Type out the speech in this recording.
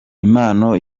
impano